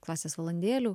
klasės valandėlių